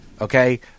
okay